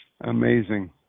Amazing